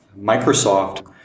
Microsoft